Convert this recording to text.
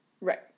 Right